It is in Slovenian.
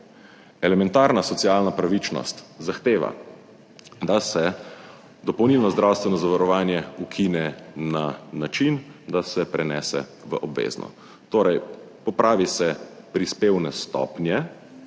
Elementarna socialna pravičnost zahteva, da se dopolnilno zdravstveno zavarovanje ukine na način, da se prenese v obvezno, torej, popravi se prispevne stopnje,